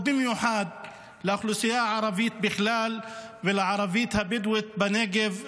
ובמיוחד לאוכלוסייה הערבית בכלל ולערבית הבדואית בנגב בפרט,